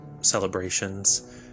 celebrations